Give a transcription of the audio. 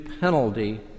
penalty